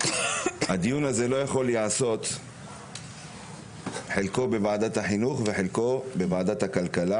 הדיון הזה לא יכול להיעשות חלקו בוועדת החינוך וחלקו בוועדת הכלכלה